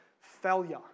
failure